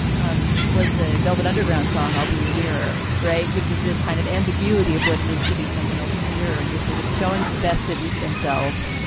um was the velvet underground song i'll be your mirror. right. which is this kind of ambiguity of what it is to be someone else's mirror. you're sort of showing them the best of themselves.